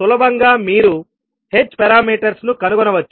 సులభంగా మీరు h parameters ను కనుగొనవచ్చు